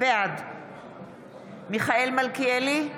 בעד מיכאל מלכיאלי,